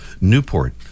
Newport